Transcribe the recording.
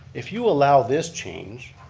if you allow this change,